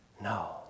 no